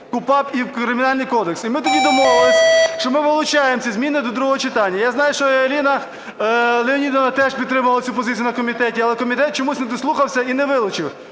КУпАП і в Кримінальний кодекс. І ми тоді домовилися, що ми вилучаємо ці зміни до другого читання. Я знаю, що Аліна Леонідівна теж підтримала цю позицію на комітеті, але комітет чомусь не дослухався і не вилучив.